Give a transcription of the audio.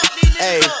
hey